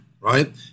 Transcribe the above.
right